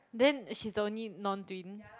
then she's the only non twin